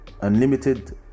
unlimited